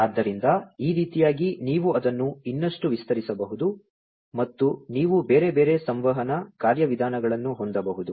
ಆದ್ದರಿಂದ ಈ ರೀತಿಯಾಗಿ ನೀವು ಅದನ್ನು ಇನ್ನಷ್ಟು ವಿಸ್ತರಿಸಬಹುದು ಮತ್ತು ನೀವು ಬೇರೆ ಬೇರೆ ಸಂವಹನ ಕಾರ್ಯವಿಧಾನಗಳನ್ನು ಹೊಂದಬಹುದು